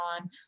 on